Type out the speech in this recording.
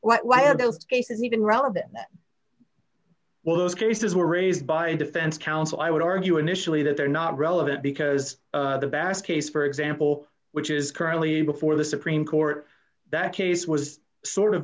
why are those cases even relevant well those cases were raised by defense counsel i would argue initially that they're not relevant because the basque ace for example which is currently before the supreme court that case was sort of